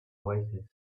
oasis